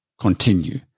continue